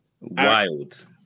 wild